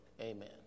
Amen